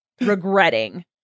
regretting